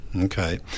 okay